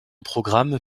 programme